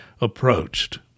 approached